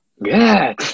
Good